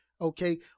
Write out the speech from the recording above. okay